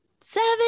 Seven